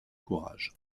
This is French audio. courage